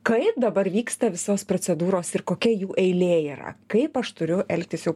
kaip dabar vyksta visos procedūros ir kokia jų eilė yra kaip aš turiu elgtis jau